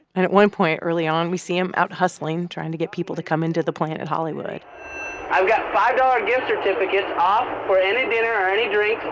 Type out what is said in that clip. and at one point early on, we see him out hustling, trying to get people to come into the planet hollywood i've got five dollars gift certificates off for any dinner or any drink,